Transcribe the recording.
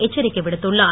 எச்சரிக்கை விடுத்துள்ளார்